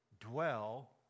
dwell